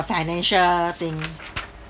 financial thing